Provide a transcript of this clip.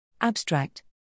Abstract